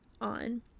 on